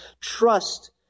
trust